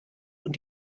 und